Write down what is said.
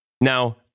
now